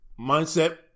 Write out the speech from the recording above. mindset